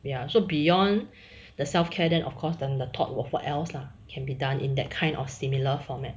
ya so beyond the self care then of course then the thought of what else lah can be done in that kind of similar format